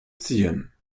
ziehen